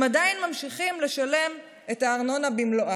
הם עדיין ממשיכים לשלם את הארנונה במלואה.